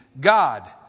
God